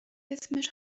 اسمش